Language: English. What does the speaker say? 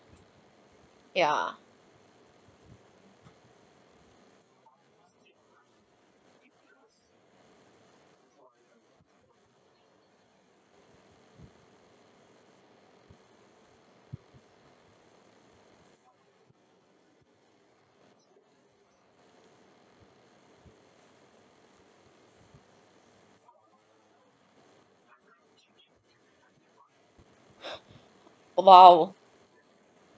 ya !wow!